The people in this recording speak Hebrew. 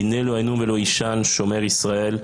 הנה לא ינום ולא יישן שומר ישראל.